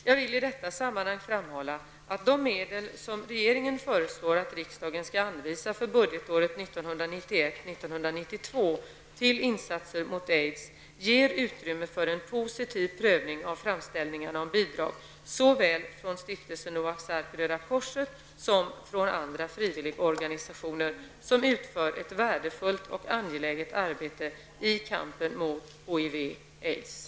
Jag vill i detta sammanhang framhålla att de medel som regeringen föreslår att riksdagen skall anvisa för budgetåret 1991 Röda korset som från andra frivilligorganisationer, som utför ett värdefullt och angeläget arbete i kampen mot HIV/aids.